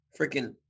freaking